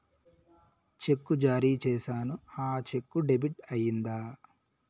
చెక్కు జారీ సేసాను, ఆ చెక్కు డెబిట్ అయిందా